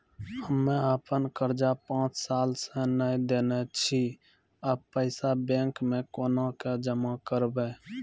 हम्मे आपन कर्जा पांच साल से न देने छी अब पैसा बैंक मे कोना के जमा करबै?